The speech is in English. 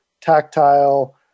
tactile